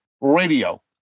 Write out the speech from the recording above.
radio